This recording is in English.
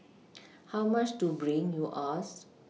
how much to bring you ask